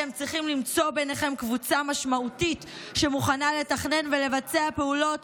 אתם צריכים למצוא ביניכם קבוצה משמעותית שמוכנה לתכנן ולבצע פעולות